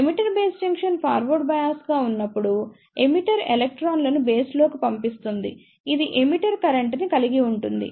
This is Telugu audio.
emitter base junction forward bias గా ఉన్నప్పుడు ఎమిటర్ ఎలక్ట్రాన్లను బేస్ లోకి పంపిస్తుంది ఇది ఎమిటర్ కరెంట్ ని కలిగి ఉంటుంది